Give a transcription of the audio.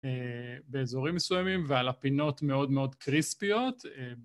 באזורים מסוימים ועל הפינות מאוד מאוד קריספיות.